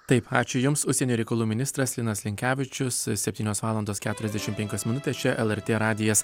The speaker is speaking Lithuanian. taip ačiū jums užsienio reikalų ministras linas linkevičius septynios valandos keturiasdešim penkios minutės čia lrt radijas